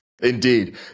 Indeed